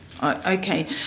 Okay